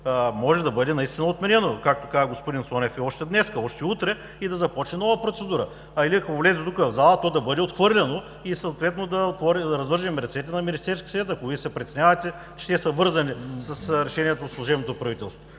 може да бъде наистина отменено, както каза господин Цонев, още днес, още утре и да започне нова процедура. Или ако влезе тук, в залата, да бъде отхвърлено и съответно да развържем ръцете на Министерския съвет, ако Вие се притеснявате, че те са вързани с решението от служебното правителство.